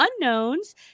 unknowns